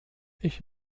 ich